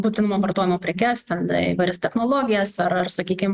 būtinumo vartojimo prekes ten įvairias technologijas ar ar sakykim